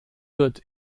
wird